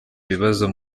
ibibazo